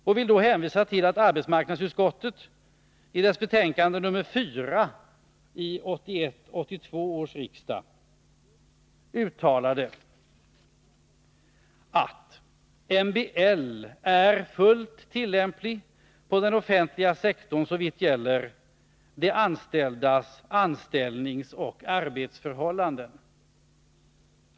Jag vill hänvisa till att arbetsmarknadsutskottet i sitt betänkande nr 4 vid 1981/82 års riksmöte uttalade att MBL är fullt tillämplig på den offentliga sektorn såvitt gäller de anställdas anställningsoch arbetsförhållanden.